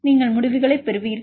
நீங்கள் முடிவுகளைப் பெறுவீர்கள்